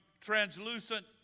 translucent